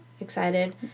excited